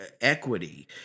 equity